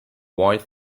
avoid